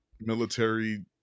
military